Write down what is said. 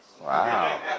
Wow